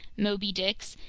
moby dicks,